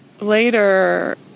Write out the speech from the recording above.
Later